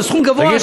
אבל סכום גבוה,